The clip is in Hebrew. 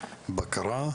בקרה,